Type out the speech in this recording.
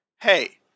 Hey